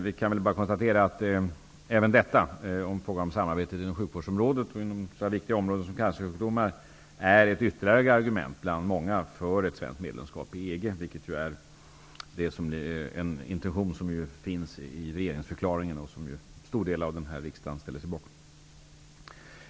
Vi kan väl bara konstatera att även samarbetet inom sjukvårdsområdet och inom ett så vitt fält som cancersjukdomarna är ett ytterligare argument bland många för ett svenskt medlemskap i EG, en intention som finns i regeringsförklaringen och som en stor del av riksdagen ställer sig bakom.